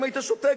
אם היית שותק,